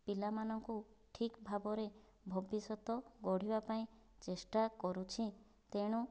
ପିଲାମାନଙ୍କୁ ଠିକ୍ ଭାବରେ ଭବିଷ୍ୟତ ଗଢ଼ିବା ପାଇଁ ଚେଷ୍ଟା କରୁଛି ତେଣୁ